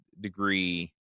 degree